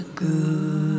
good